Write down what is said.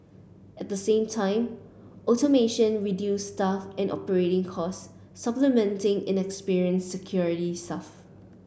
at the same time automation reduces staff and operating costs supplementing inexperienced security staff